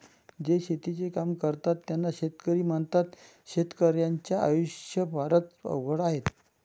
जे शेतीचे काम करतात त्यांना शेतकरी म्हणतात, शेतकर्याच्या आयुष्य फारच अवघड आहे